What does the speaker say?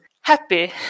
happy